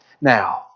now